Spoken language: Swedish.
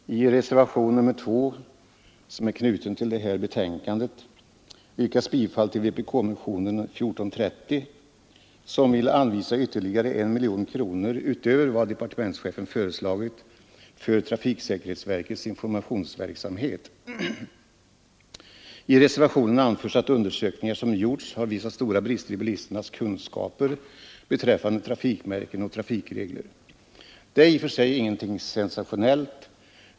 Fru talman! I reservationen 2, knuten till detta betänkande, yrkas bifall till vpk-motionen 1430, som vill anvisa 1 miljon kronor utöver vad departementschefen förslagit för trafiksäkerhetsverkets informationsverksamhet. I reservationen anförs att gjorda undersökningar har visat stora brister i bilisternas kunskaper beträffande trafikmärken och trafikregler. Det är i och för sig inget sensationellt.